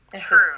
True